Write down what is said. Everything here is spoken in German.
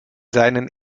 seinen